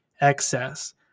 excess